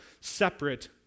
separate